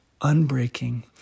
unbreaking